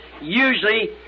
usually